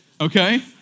okay